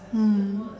mm